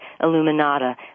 Illuminata